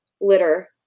litter